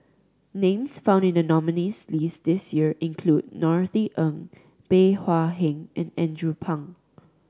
names found in the nominees' list this year include Norothy Ng Bey Hua Heng and Andrew Phang